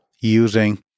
using